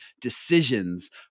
decisions